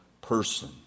person